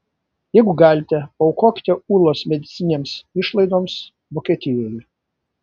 jeigu galite paaukokite ūlos medicininėms išlaidoms vokietijoje